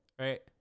Right